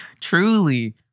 truly